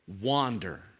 wander